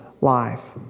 life